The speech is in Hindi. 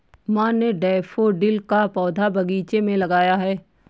माँ ने डैफ़ोडिल का पौधा बगीचे में लगाया है